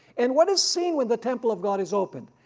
and what is seen when the temple of god is opened?